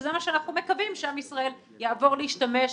שזה מה שאנחנו מקווים שעם ישראל יעבור להשתמש,